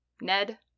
Ned